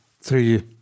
three